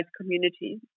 communities